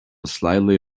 slightly